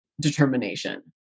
determination